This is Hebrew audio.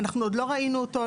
אנחנו עוד לא ראינו אותו,